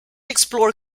explore